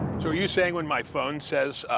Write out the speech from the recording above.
so are you saying when my phone says,